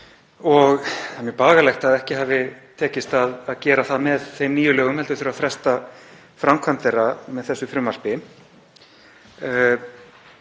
og er mjög bagalegt að ekki hafi tekist að gera það með þeim nýju lögum heldur þurfi að fresta framkvæmd þeirra með þessu frumvarpi.